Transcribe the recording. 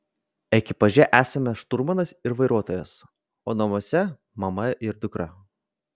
ekipaže esame šturmanas ir vairuotojas o namuose mama ir dukra